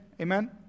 Amen